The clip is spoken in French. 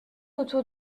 autour